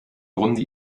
grunde